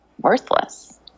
worthless